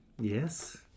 Yes